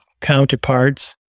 counterparts